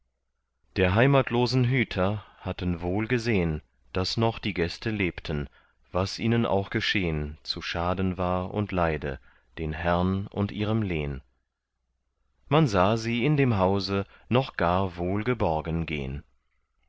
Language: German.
der heimatlosen hüter hatten wohl gesehn daß noch die gäste lebten was ihnen auch geschehn zu schaden war und leide den herrn und ihrem lehn man sah sie in dem hause noch gar wohl geborgen gehn